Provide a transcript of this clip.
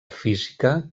física